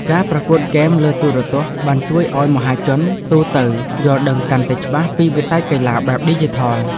ការប្រកួតហ្គេមលើទូរទស្សន៍បានជួយឱ្យមហាជនទូទៅយល់ដឹងកាន់តែច្បាស់ពីវិស័យកីឡាបែបឌីជីថល។